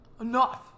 enough